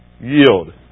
Yield